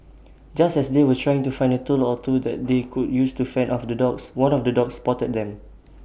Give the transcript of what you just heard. just as they were trying to find A tool or two that they could use to fend off the dogs one of the dogs spotted them